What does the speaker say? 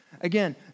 Again